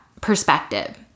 perspective